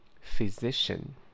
Physician